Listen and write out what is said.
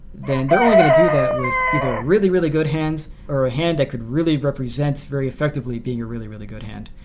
then they're only going to do that with either really really good hands or a hand that could really represents very effectively being a really really good hand.